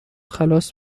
خلاص